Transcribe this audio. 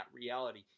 reality